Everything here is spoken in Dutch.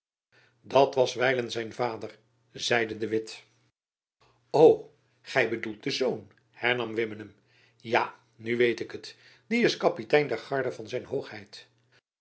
dat was wijlen zijn vader zeide de witt o gy bedoelt den zoon hernam wimmenum ja nu weet ik het die is kapitein der garde van zijn hoogheid